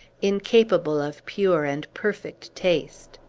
incapable of pure and perfect taste.